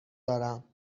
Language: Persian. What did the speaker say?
دارم